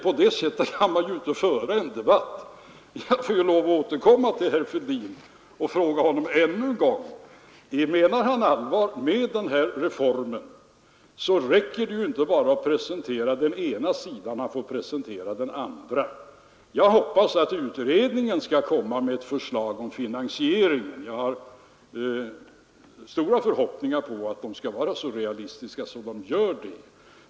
På det sättet kan man inte föra en debatt. Jag får därför lov att återkomma till herr Fälldin ännu en gång. Om herr Fälldin menar allvar med denna reform, så räcker det inte med att bara presentera den ena sidan. Han får presentera också den andra. Jag hoppas att utredningen skall lägga fram ett förslag om finansiering. Jag har stora förhoppningar på att utredningen skall vara så realistisk att den gör det.